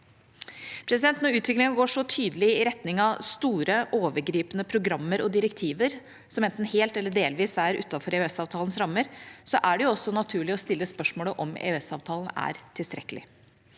Når utviklingen går så tydelig i retning av store, overgripende programmer og direktiver, som enten helt eller delvis er utenfor EØS-avtalens rammer, er det også naturlig å stille spørsmål ved om EØS-avtalen er tilstrekkelig.